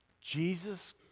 Jesus